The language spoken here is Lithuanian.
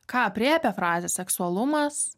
ką aprėpia frazė seksualumas